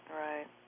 right